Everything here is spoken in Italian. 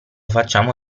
facciamo